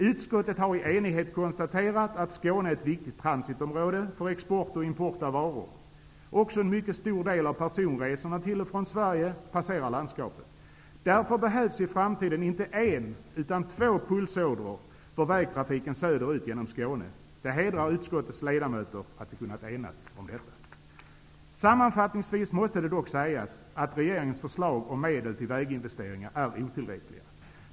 Utskottet har i enighet konstaterat att Skåne är ett viktigt transitområde för export och import av varor. Också en mycket stor del av personresorna till och från Sverige passerar landskapet. Därför behövs i framtiden inte en utan två pulsådror för vägtrafiken söderut genom Skåne. Det hedrar utskottets ledamöter att vi kunnat enas om detta. Sammanfattningsvis måste det dock sägas att regeringens förslag om medel till väginvesteringar är otillräckliga.